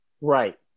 Right